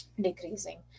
decreasing